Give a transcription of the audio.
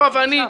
יואב ואני,